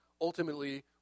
ultimately